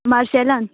माशेलान